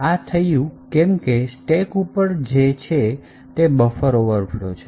આ થયું કેમ કે સ્ટેક ઉપર જે છે તે buffer overflow છે